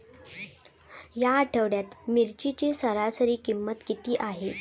या आठवड्यात मिरचीची सरासरी किंमत किती आहे?